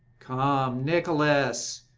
come, nicholas,